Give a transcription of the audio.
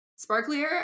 sparklier